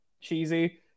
cheesy